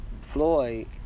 Floyd